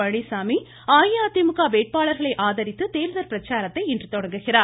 பழனிச்சாமி அஇஅதிமுக வேட்பாளர்களை ஆதரித்து தேர்தல் பிரச்சாரத்தை இன்று தொடங்குகிறார்